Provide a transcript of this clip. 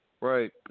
Right